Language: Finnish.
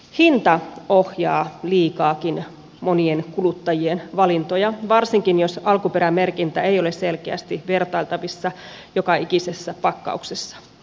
hinta ohjaa liikaakin monien kuluttajien valintoja varsinkin jos alkuperämerkintä ei ole selkeästi vertailtavissa joka ikisessä pakkauksessa